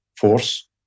force